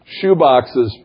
shoeboxes